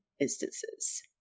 instances